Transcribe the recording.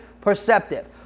perceptive